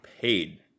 paid